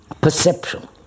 perception